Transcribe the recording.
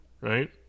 right